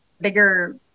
bigger